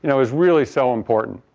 you know it was really so important.